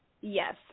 Yes